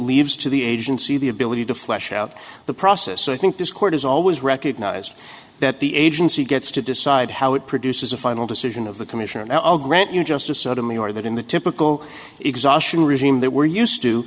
leaves to the agency the ability to flesh out the process so i think this court has always recognized that the agency gets to decide how it produces a final decision of the commission and i'll grant you justice sotomayor that in the typical exhaustion regime that we're used to